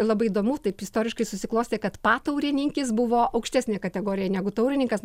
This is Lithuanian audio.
labai įdomu taip istoriškai susiklostė kad pataurininkis buvo aukštesnė kategorija negu taurininkas